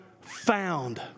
found